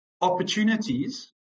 Opportunities